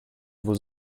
vos